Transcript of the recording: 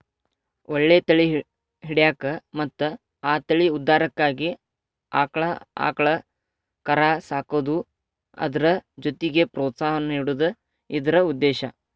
ಒಳ್ಳೆ ತಳಿ ಹಿಡ್ಯಾಕ ಮತ್ತ ಆ ತಳಿ ಉದ್ಧಾರಕ್ಕಾಗಿ ಆಕ್ಳಾ ಆಕಳ ಕರಾ ಸಾಕುದು ಅದ್ರ ಜೊತಿಗೆ ಪ್ರೋತ್ಸಾಹ ನೇಡುದ ಇದ್ರ ಉದ್ದೇಶಾ